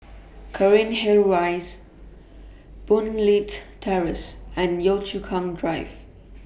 Cairnhill Rise Boon Leat Terrace and Yio Chu Kang Drive